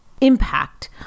impact